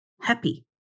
happy